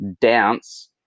dance